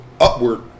Upward